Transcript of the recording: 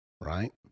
Right